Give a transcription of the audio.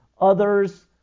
others